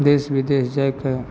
देश विदेश जाइके